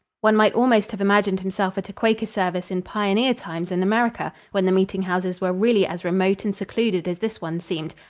one might almost have imagined himself at a quaker service in pioneer times in america, when the meeting-houses were really as remote and secluded as this one seemed,